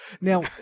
Now